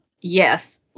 Yes